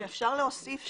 אם אפשר להוסיף,